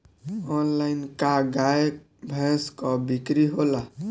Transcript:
Online का गाय भैंस क बिक्री होला?